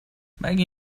مگه